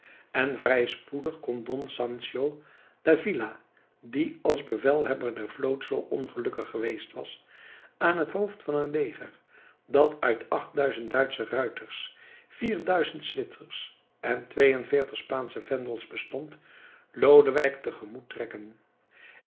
en vrij spoedig kon don sanchio d'avila die als bevelhebber der vloot zoo ongelukkig geweest was aan het hoofd van een leger dat uit achtduizend duitsche ruiters vierduizend zwitsers en tweeënveertig spaansche vendels bestond lodewijk te gemoet trekken